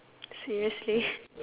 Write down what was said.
seriously